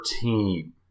team